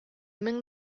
мең